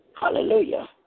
Hallelujah